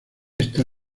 esta